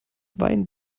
wein